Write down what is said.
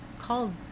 called